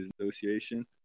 association